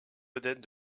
vedette